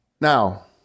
Now